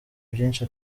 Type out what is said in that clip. byinshi